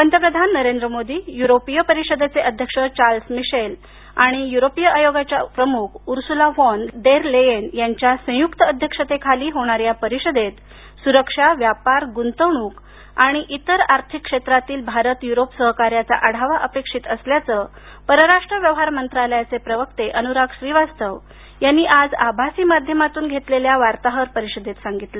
पंतप्रदान नरेंद्र मोदी युरोपीय परिषदेचे अध्यक्ष चार्लस मिशेल आणि युरोपीर आयोगाच्या प्रमुख उर्सुला व्हॉन देर लेयेन यांच्या संयुक्त अध्यक्षतेखाली होणाऱ्या या परिषदेत सुरक्षा व्यापार गुंतवणुक आणि इतर आर्थिक क्षेत्रातील भारत युरोप सहकार्याचा आढावा अपेक्षित असल्याचं परराष्ट्र व्यवहार मंत्रालयाचे प्रवक्ता अनुराग श्रीवास्तव यांनी आज आभासी माध्यमातून घेतलेल्या वार्ताहर परिषदेत सांगितलं